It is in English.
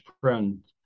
friend